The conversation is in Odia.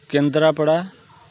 କେନ୍ଦ୍ରାପଡ଼ା